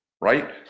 right